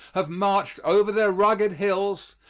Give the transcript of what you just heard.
have marched over their rugged hills,